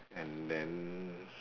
and then